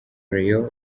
rayon